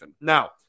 Now